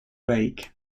lake